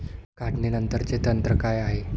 काढणीनंतरचे तंत्र काय आहे?